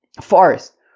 forest